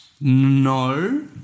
No